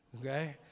okay